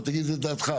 תומר, מה דעתך?